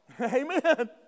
Amen